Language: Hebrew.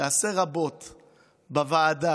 יעשה רבות בוועדה.